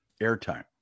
airtime